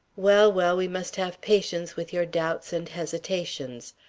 well, well, we must have patience with your doubts and hesitations.